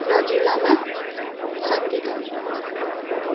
Raju Lama Shanti Tamang